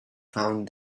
found